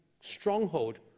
stronghold